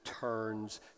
turns